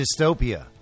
dystopia